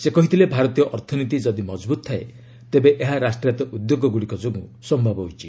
ସେ କହିଥିଲେ ଭାରତୀୟ ଅର୍ଥନୀତି ଯଦି ମଜବୁତ ଥାଏ ତେବେ ଏହା ରାଷ୍ଟ୍ରାୟତ ଉଦ୍ୟୋଗଗୁଡ଼ିକ ଯୋଗୁଁ ସମ୍ଭବ ହୋଇଛି